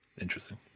Interesting